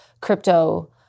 crypto-